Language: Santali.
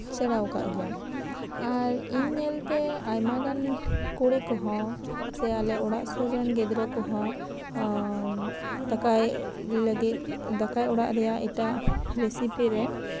ᱥᱮᱲᱟᱣ ᱠᱟᱜ ᱜᱮᱭᱟ ᱥᱮ ᱤᱧ ᱧᱮᱞᱛᱮ ᱟᱭᱢᱟ ᱜᱟᱱ ᱠᱩᱲᱤ ᱠᱚᱦᱚᱸ ᱥᱮ ᱟᱞᱮ ᱚᱲᱟᱜ ᱥᱩᱨ ᱨᱮᱱ ᱜᱤᱫᱽᱨᱟᱹ ᱠᱚᱦᱚᱸ ᱫᱟᱠᱟᱭ ᱞᱟᱹᱜᱤᱫ ᱫᱟᱠᱟᱭ ᱚᱲᱟᱜ ᱨᱮᱭᱟᱜ ᱨᱮᱥᱤᱯᱤ ᱨᱮ